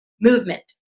movement